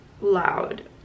loud